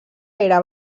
era